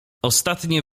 ostatnie